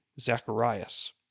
Zacharias